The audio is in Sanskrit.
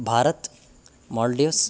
भारतं माल्डिव्स्